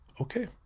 Okay